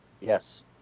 Yes